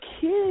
kids